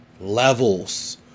Levels